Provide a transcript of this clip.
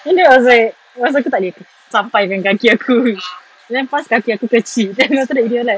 then I was like pasal aku tak boleh sampai kan kaki aku then plus kaki aku kecil after that they were like